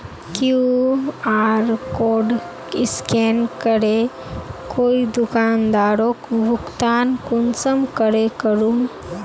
QR code scan करे कोई दुकानदारोक भुगतान कुंसम करे करूम?